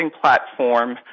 platform